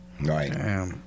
Right